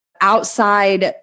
outside